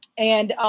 and